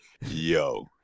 yo